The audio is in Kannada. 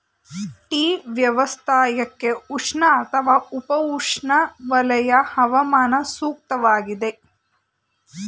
ಟೀ ವ್ಯವಸಾಯಕ್ಕೆ ಉಷ್ಣ ಅಥವಾ ಉಪ ಉಷ್ಣವಲಯ ಹವಾಮಾನ ಸೂಕ್ತವಾಗಿದೆ